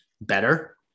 better